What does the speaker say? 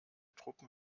truppen